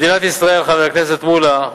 מדינת ישראל, חבר הכנסת מולה,